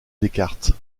descartes